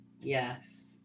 Yes